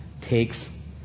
takes